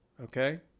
okay